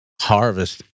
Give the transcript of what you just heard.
Harvest